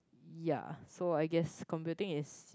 yeah so I guess computing is